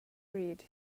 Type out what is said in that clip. read